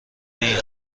این